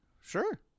sure